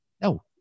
No